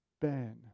Ben